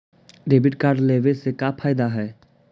Debit card लेवे से का का फायदा है?